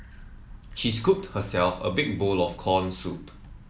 she scooped herself a big bowl of corn soup